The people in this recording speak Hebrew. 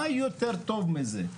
מה יותר טוב מזה.